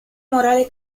morale